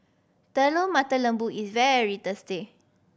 Telur Mata Lembu is very tasty